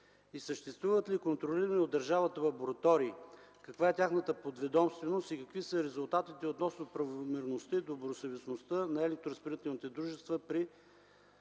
Съществуват ли контролирани от държавата лаборатории, каква е тяхната подведомственост и какви са резултатите относно правомерността и добросъвестността на електроразпределителните дружества при